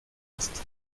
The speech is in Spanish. esto